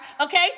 Okay